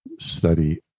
study